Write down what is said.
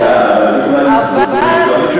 סליחה, אבל את יכולה לפגוש אותו.